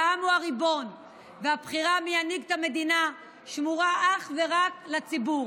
שהעם הוא הריבון והבחירה מי ינהיג את המדינה שמורה אך ורק לציבור,